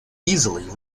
easily